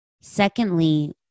secondly